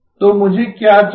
तो मुझे क्या चाहिए